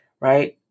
right